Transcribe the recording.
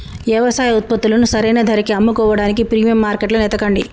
యవసాయ ఉత్పత్తులను సరైన ధరకి అమ్ముకోడానికి ప్రీమియం మార్కెట్లను ఎతకండి